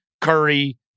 Curry